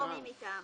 או מי מטעמם.